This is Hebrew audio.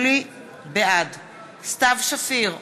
בעד סתיו שפיר,